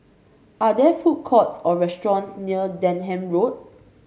are there food courts or restaurants near Denham Road